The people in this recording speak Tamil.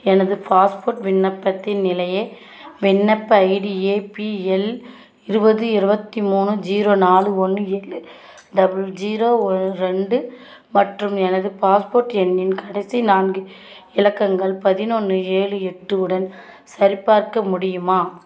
எனது பாஸ்போர்ட் விண்ணப்பத்தின் நிலையை விண்ணப்ப ஐடி ஏ பி எல் இருபது இருபத்தி மூணு ஜீரோ நாலு ஒன்று ஏழு டபுள் ஜீரோ ரெண்டு மற்றும் எனது பாஸ்போர்ட் எண்ணின் கடைசி நான்கு இலக்கங்கள் பதினொன்று ஏழு எட்டு உடன் சரிபார்க்க முடியுமா